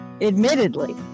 admittedly